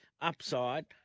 upside